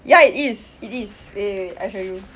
ya it is it is wait wait wait I show you